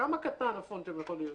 כמה קטן הפונט שם יכול להיות?